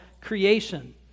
creation